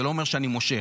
זה לא אומר שאני מושך.